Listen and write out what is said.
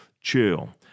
chill